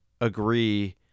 agree